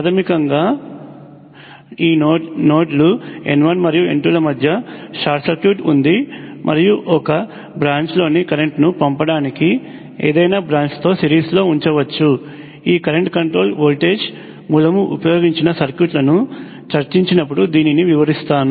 ప్రాథమికంగా ఈ నోడ్ల n1 n2 ల మధ్య షార్ట్ సర్క్యూట్ ఉంది మరియు ఒక బ్రాంచ్లోని కరెంట్ను పంపడానికి ఏదైనా బ్రాంచ్తో సిరీస్లో ఉంచవచ్చు ఈ కరెంట్ కంట్రోల్ వోల్టేజ్ మూలం ఉపయోగించిన సర్క్యూట్లను చర్చించినప్పుడు దీనిని వివరిస్తాను